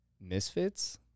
misfits